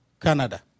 Canada